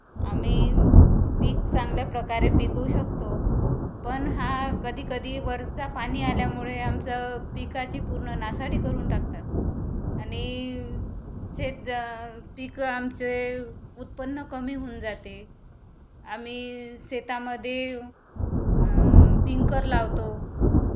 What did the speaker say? आम्ही पीक चांगल्या प्रकारे पिकवू शकतो पण हा कधीकधी वरचा पाणी आल्यामुळे आमचं पिकाची पूर्ण नासाडी करून टाकतात आणि शेत पिकं आमचे उत्पन्न कमी होऊन जाते आम्ही शेतामध्ये पिंकर लावतो